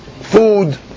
food